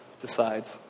decides